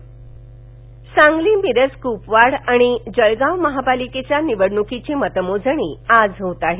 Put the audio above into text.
मतमोजणी सांगली मिरज कुपवाड आणि जळगाव महापालिकेच्या निवडणुकीची मतमोजणी आज होत आहे